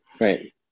Right